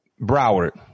Broward